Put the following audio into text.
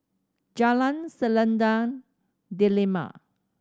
Jalan Selendang Delima